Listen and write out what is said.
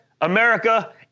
America